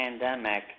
pandemic